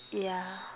yeah